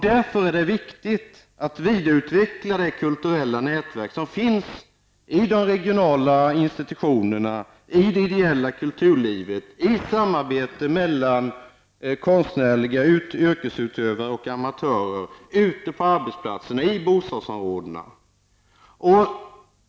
Därför är det viktigt att vidareutveckla det kulturella nätverk som finns i de regionala institutionerna, i det ideella kulturlivet, i samarbete mellan konstnärliga yrkesutövare och amatörer, ute på arbetsplatserna och i bostadsområderna.